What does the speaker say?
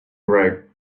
greg